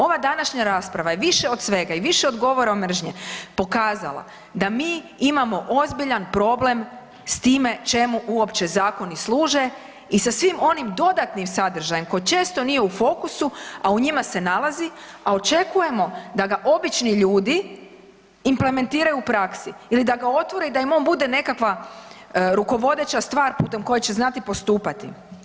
Ova današnja rasprava je više od svega i više od govora mržnje pokazala da mi imamo ozbiljan problem s time čemu uopće zakoni služe i sa svim onim dodatnim sadržajem koji često nije u fokusu, a u njima se nalazi, a očekujemo da ga obični ljudi implementiraju u praksi ili da ga otvore i da im on bude nekakva rukovodeća stvar putem koje će znati postupati.